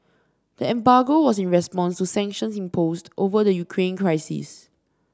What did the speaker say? the embargo was in response to sanctions imposed over the Ukraine crisis